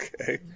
Okay